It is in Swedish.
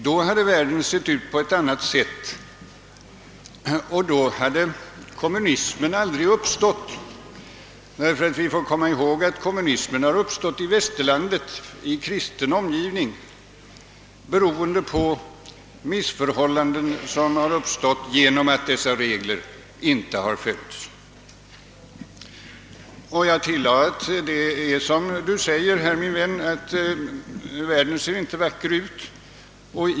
Då hade världen sett ut på ett annat sätt, och då hade kommunismen aldrig uppstått. Vi får komma ihåg att kommunismen har uppstått i västerlandet i kristen omgivning beroende på missförhållanden som har uppkommit genom att dessa regler inte har följts.» Jag tillade: »Det är som du säger här, min vän, att världen inte ser vacker ut.